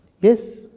Yes